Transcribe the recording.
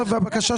בשעה